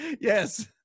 Yes